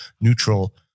neutral